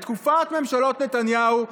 בתקופת ממשלות נתניהו,